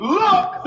look